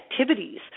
activities